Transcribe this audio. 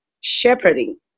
shepherding